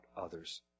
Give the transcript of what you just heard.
others